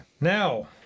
Now